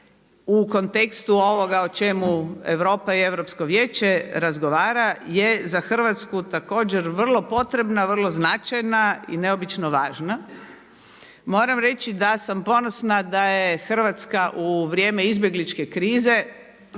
u kontekstu ovoga o čemu Europa i Europsko vijeće razgovara je za Hrvatsku također vrlo potrebna, vrlo značajna i neobično važna. Moram reći da sam ponosna da je Hrvatska u vrijeme izbjegličke krize